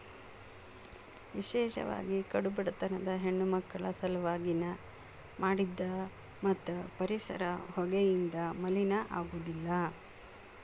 ವಿಶೇಷವಾಗಿ ಕಡು ಬಡತನದ ಹೆಣ್ಣಮಕ್ಕಳ ಸಲವಾಗಿ ನ ಮಾಡಿದ್ದ ಮತ್ತ ಪರಿಸರ ಹೊಗೆಯಿಂದ ಮಲಿನ ಆಗುದಿಲ್ಲ